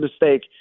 mistake